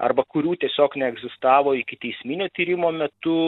arba kurių tiesiog neegzistavo ikiteisminio tyrimo metu